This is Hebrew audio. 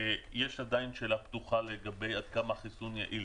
יש עדיין שאלה פתוחה לגבי עד כמה החיסון יעיל.